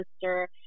sister